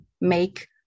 make